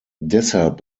deshalb